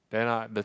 then ah the